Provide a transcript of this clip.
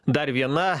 dar viena